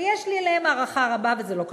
ויש לי אליהם הערכה רבה, וזה לא קשור.